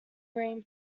green